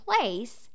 place